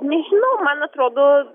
nežinau man atrodo